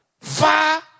far